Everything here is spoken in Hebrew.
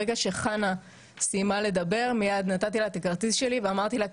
ברגע שחנה סיימה לדבר מיד נתתי לה את הכרטיס שלי ואמרתי לה,